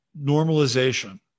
normalization